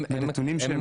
מהנתונים.